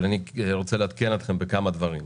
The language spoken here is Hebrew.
אבל אני רוצה לעדכן אתכם בכמה דברים.